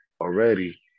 already